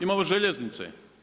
Imamo željeznice.